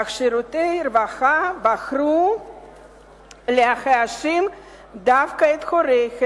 אך שירותי הרווחה בחרו להאשים דווקא את ההורים,